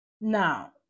Now